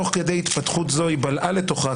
תוך כדי התפתחות זו היא בלעה לתוכה,